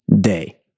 day